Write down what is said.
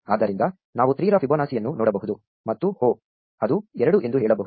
ಆದ್ದರಿಂದ ನಾವು 3 ರ ಫಿಬೊನಾಸಿಯನ್ನು ನೋಡಬಹುದು ಮತ್ತು ಓಹ್ ಅದು ಎರಡು ಎಂದು ಹೇಳಬಹುದು